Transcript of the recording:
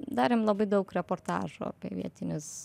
darėm labai daug reportažų apie vietinius